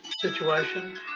situation